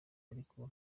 ariko